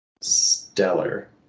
stellar